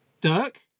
Dirk